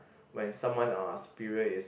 when someone uh superior is